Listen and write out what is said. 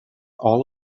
all